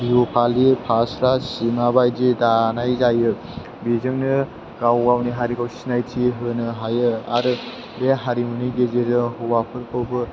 बिहु फालि फास्रा सिमा बायदि दानाय जायो बिजोंनो गावगावनि हारिखौ सिनायथि होनो हायो आरो बे हारिमुनि गेजेरजों हौवाफोरखौबो